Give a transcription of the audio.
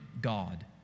God